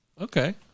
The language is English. Okay